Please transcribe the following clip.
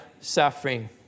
suffering